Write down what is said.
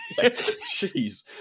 Jeez